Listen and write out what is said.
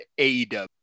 AEW